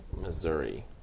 Missouri